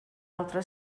altre